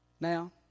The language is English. Now